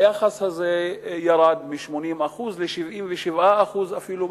היחס הזה ירד מ-80% ל-77% אפילו,